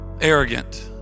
Arrogant